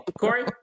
Corey